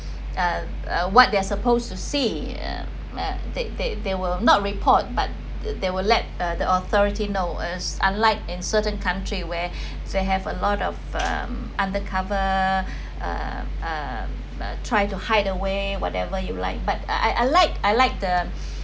err what they're supposed to see err they they they will not report but they will let the authority knows unlike in certain country where they have a lot of um under cover err try to hide the way whatever you like but I I like I like the